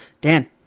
Dan